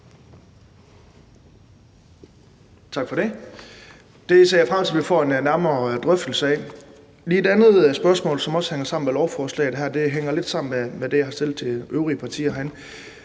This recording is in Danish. Tak for det. Det ser jeg frem til vi får en nærmere drøftelse af. Jeg har et andet spørgsmål i forbindelse med lovforslaget, og det hænger lidt sammen med det spørgsmål, jeg har stillet til de øvrige partier herinde: